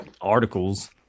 articles